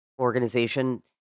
organization